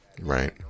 right